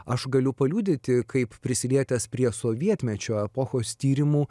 aš galiu paliudyti kaip prisilietęs prie sovietmečio epochos tyrimų